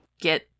get